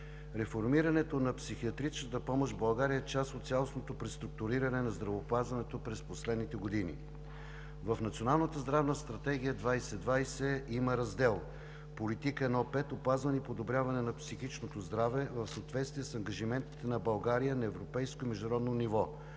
реформирането на психиатричната помощ в България е част от цялостното преструктуриране на здравеопазването през последните години. В Националната здравна стратегия 2020 има раздел „Политика 1.5 – Опазване и подобряване на психичното здраве“ в съответствие с ангажиментите на България на европейско и международно ниво.